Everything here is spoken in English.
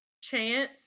Chance